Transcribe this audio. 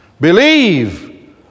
Believe